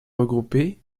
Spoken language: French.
regroupées